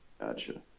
Gotcha